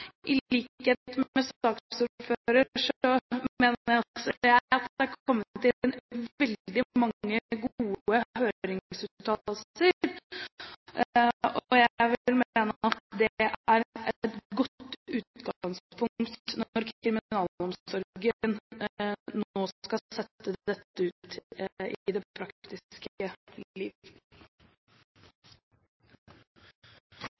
I likhet med saksordføreren mener også jeg at det er kommet inn veldig mange gode høringsuttalelser, og jeg vil mene at det er et godt utgangspunkt når kriminalomsorgen nå skal sette dette ut i det